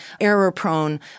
error-prone